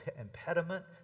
impediment